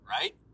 right